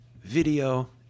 video